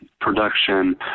production